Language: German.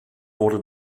wurde